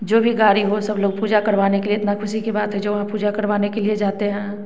जो भी गाड़ी हो सब लोग पूजा करवाने के लिए इतना ख़ुशी के बात है जो वहाँ पूजा करवाने के लिए जाते हैं